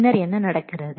பின்னர் என்ன நடக்கிறது